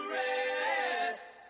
rest